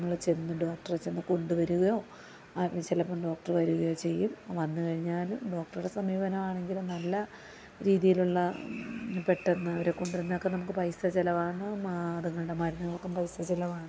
നമ്മള് ചെന്ന് ഡോക്ട്രെ ചെന്ന് കൊണ്ടു വരികയോ ചെലപ്പോള് ഡോക്ട്ര് വരികയോ ചെയ്യും വന്ന് കഴിഞ്ഞാല് ഡോക്ട്രടെ സമീപനമാണെങ്കിലൊ നല്ല രീതിയിലുള്ള പെട്ടെന്ന് അവരെ കൊണ്ടുവരുന്ന ആള്ക്ക് നമുക്ക് പൈസ ചെലവാണ് അതുങ്ങളുടെ മരുന്നിനൊക്കെ പൈസ ചെലവാണ്